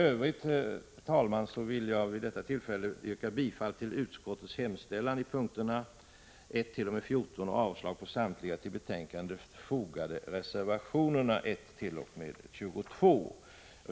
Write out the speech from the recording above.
Jag vill vid detta tillfälle yrka bifall till utskottets hemställan på punkterna 1—14 och avslag på samtliga till betänkandet fogade reservationer 1—22.